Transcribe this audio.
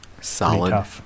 Solid